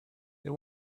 they